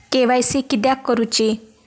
KYC किदयाक करूची?